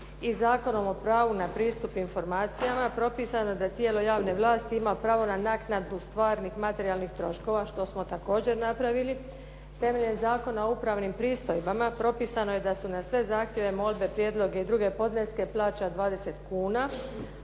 i Zakonom o pravu na pristup informacijama propisano je da tijelo javne vlasti ima pravo na naknadu stvarnih materijalnih troškova što smo također napravili. Temeljem Zakona o upravnim pristojbama propisano je da se na sve zahtjeve, molbe, prijedloge i druge podneske plaća 20 kuna,